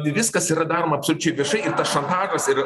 viskas yra daroma absoliučiai viešai ir tas šantažas ir